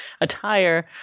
attire